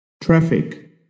Traffic